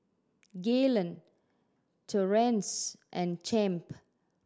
Gaylon Torrance and Champ